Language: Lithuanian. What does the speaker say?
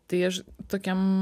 tai aš tokiam